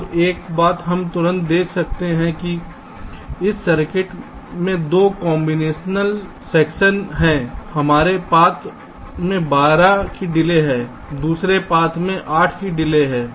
अब एक बात हम तुरंत देख सकते हैं कि इस सर्किट में 2 कॉम्बिनेशनल सेक्शन हैं पहले पाथ में 12 की डिले है दूसरे पाथ में 8 की डिले है